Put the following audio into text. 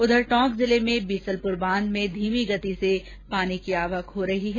उधर टोंक जिले में बीसलपुर बांध में धीमी गति से पानी की आवक हो रही है